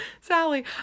Sally